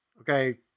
okay